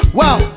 wow